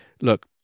look